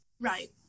Right